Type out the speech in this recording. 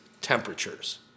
temperatures